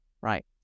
Right